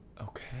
Okay